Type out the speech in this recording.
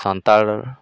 Santal